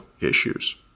issues